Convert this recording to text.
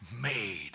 made